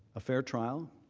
a fair trial?